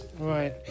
Right